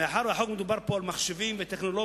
מאחר שבחוק מדובר פה על מחשבים וטכנולוגיה,